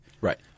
Right